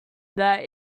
that